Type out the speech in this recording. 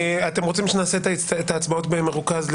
רוצים שנעשה את ההצבעות במרוכז?